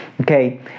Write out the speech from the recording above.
okay